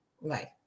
Right